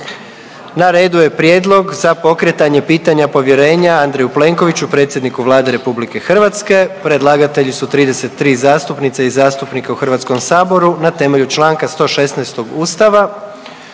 Na redu je: - Prijedlog za pokretanje pitanja povjerenja mr. sc. Andreju Plenkoviću, predsjedniku Vlade Republike Hrvatske. Predlagatelji su 33 zastupnice i zastupnika u HS na temelju čl. 116. Ustava